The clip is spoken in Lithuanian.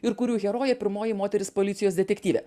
ir kurių herojė pirmoji moteris policijos detektyvė